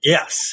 Yes